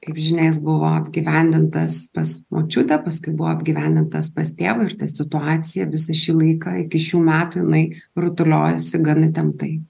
kaip žinia jis buvo apgyvendintas pas močiutę paskui buvo apgyvendintas pas tėvą ir ta situacija visą šį laiką iki šių metų jinai rutuliojosi gan įtemptai